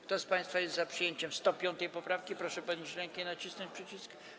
Kto z państwa jest za przyjęciem 105. poprawki, proszę podnieść rękę i nacisnąć przycisk.